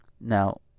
Now